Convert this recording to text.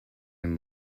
den